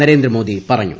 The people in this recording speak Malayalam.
നരേന്ദ്രമോദി പറഞ്ഞു